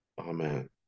Amen